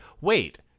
wait